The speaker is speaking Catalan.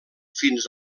fins